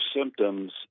symptoms